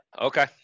Okay